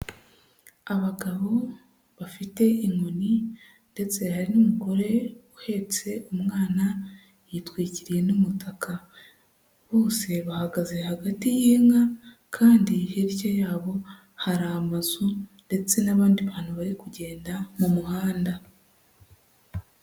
Abagabo bafite inkoni ndetse hari n'umugore uhetse umwana yitwikiriye n'umutaka, bose bahagaze hagati y'inka kandi hirya yabo hari amazu ndetse n'abandi bantu bari kugenda mu muhanda.